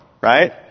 right